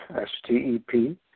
S-T-E-P